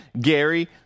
Gary